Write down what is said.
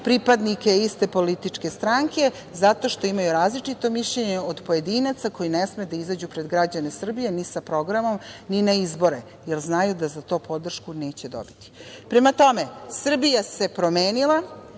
pripadnike iste političke stranke zato što imaju različito mišljenje od pojedinaca koji ne smeju da izađu pred građane Srbije ni sa programom ni na izbore, jer znaju da za to podršku neće dobiti. Prema tome, Srbija se promenila